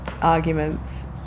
arguments